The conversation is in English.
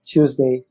Tuesday